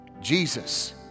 Jesus